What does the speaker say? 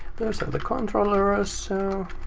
those are the controllers. so